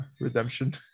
redemption